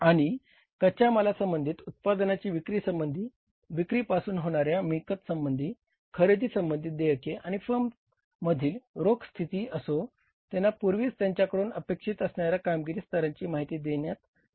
आणि कच्या मालासंबंधी उत्पादनांची विक्रीसंबंधी विक्रीपासून होणाऱ्या मिळकत संबंधी खरेदीसंबधीत देयके किंवा फर्ममधील रोख स्थिती असो त्यांना पूर्वीच त्यांच्याकडून अपेक्षित असणाऱ्या कामगिरी स्तरांची माहिती देण्यात आली होती